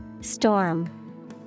Storm